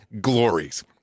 glories